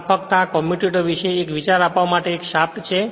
આ ફક્ત આ કમ્યુટેટર વિશે એક વિચારો આપવા માટે આ એક શાફ્ટ છે